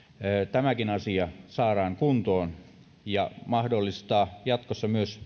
tämäkin asia saadaan kuntoon ja jatkossa myös